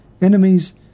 enemies